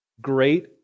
Great